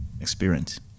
experience